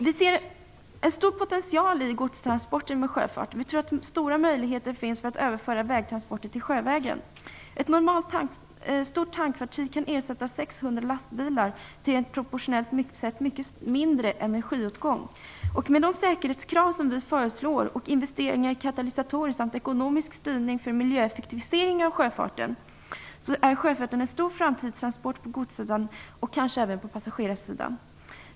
Vi ser en stor potential i godstransporter med sjöfart. Vi tror att stora möjligheter finns att överföra vägtransporter till sjövägen. Ett normalstort tankfartyg kan ersätta 600 lastbilar till en proportionellt sett mycket mindre energiåtgång. Med de säkerhetskrav vi föreslår och investering i katalysatorer samt ekonomisk styrning för miljöeffektivisering av sjöfarten, är sjöfarten en stor framtidstransport på godssidan och kanske även på passagerarsidan.